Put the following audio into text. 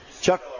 Chuck